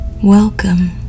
Welcome